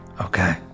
Okay